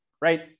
right